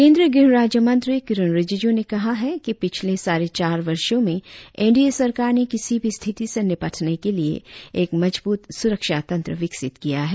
केंद्रीय गृह राज्य मंत्री किरेन रिजिजू ने कहा है कि पिछले साढ़े चार वर्षों में एन डी ए सरकार ने किसी भी स्थिति से निपटने के लिए एक मजबूत सुरक्षा तंत्र विकसित किया है